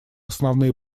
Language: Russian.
основные